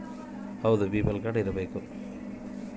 ಸಾಮಾಜಿಕ ಯೋಜನೆ ಸವಲತ್ತು ಪಡಿಯಾಕ ಬಿ.ಪಿ.ಎಲ್ ಕಾಡ್೯ ಇರಬೇಕಾ?